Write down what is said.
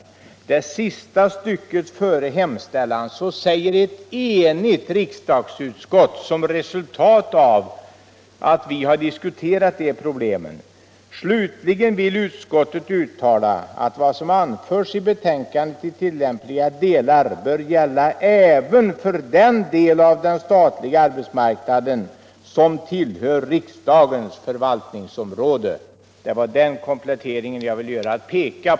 I det sista stycket före hemställan säger ett enigt riksdagsutskott som resultat av att vi har diskuterat detta problem: Det var den kompletteringen jag ville göra — att peka på detta enhälliga utskottsuttalande. den det ej vill röstar nej. Kvinnor i statlig den det ej vill röstar nej.